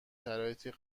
شرایطی